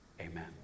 Amen